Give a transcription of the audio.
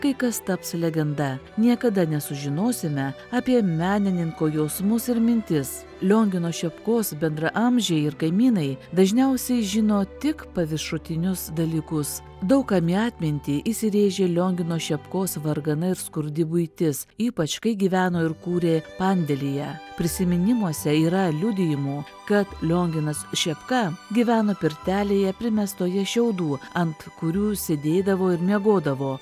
kai kas taps legenda niekada nesužinosime apie menininko jausmus ir mintis liongino šepkos bendraamžiai ir kaimynai dažniausiai žino tik paviršutinius dalykus daug kam į atmintį įsirėžė liongino šepkos vargana ir skurdi buitis ypač kai gyveno ir kūrė pandėlyje prisiminimuose yra liudijimų kad lionginas šepka gyveno pirtelėje primestoje šiaudų ant kurių ir sėdėdavo ir miegodavo